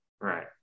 Right